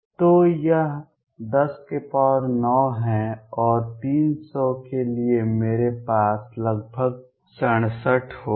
तो यह 109 है और 300 के लिए मेरे पास लगभग 6 7 होगा